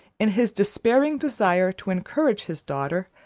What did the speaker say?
in his despairing desire to encourage his daughter,